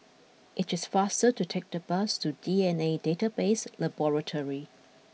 it is faster to take the bus to D N A Database Laboratory